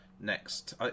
next